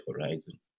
horizon